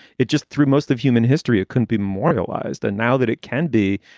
it just through most of human history couldn't be more realized than now that it can be.